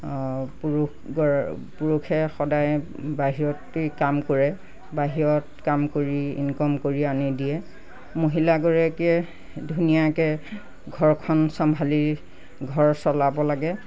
পুৰুষ গৰ পুৰুষে সদায় বাহিৰতেই কাম কৰে বাহিৰত কাম কৰি ইনকাম কৰি আনি দিয়ে মহিলাগৰাকীয়ে ধুনীয়াকৈ ঘৰখন চম্ভালি ঘৰ চলাব লাগে